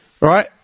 Right